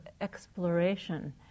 exploration